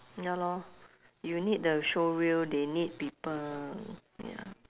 ya lor you need the showreel they need people ya